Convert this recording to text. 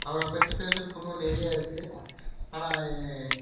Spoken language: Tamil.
அவரை பற்றி பேசுறத்துக்கு இன்னும் நிறையா இருக்குது ஆனால்